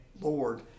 lord